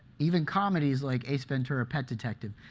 even comedies like ace ventura, pet detective,